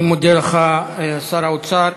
אני מודה לך, שר האוצר.